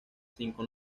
cinco